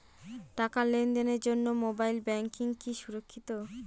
টাকা লেনদেনের জন্য মোবাইল ব্যাঙ্কিং কি সুরক্ষিত?